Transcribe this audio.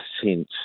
percent